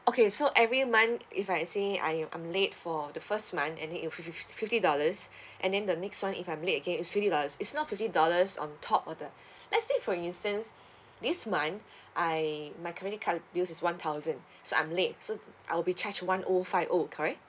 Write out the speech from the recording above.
okay so every month if I say I I'm late for the first month and then it'll fifty fifty dollars and then the next month if I'm late again is fifty dollars it's not fifty dollars on top of the let's say for instance this month I my credit card bills is one thousand so I'm late so I'll be charge one O five O correct